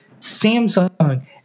Samsung